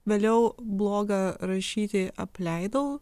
vėliau blogą rašyti apleidau